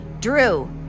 Drew